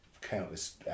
countless